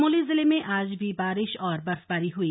चमोली जिले में आज भी बारिश और बर्फबारी हुई